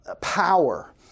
power